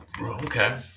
Okay